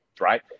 right